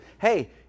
Hey